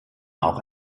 auch